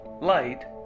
light